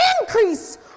increase